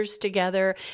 together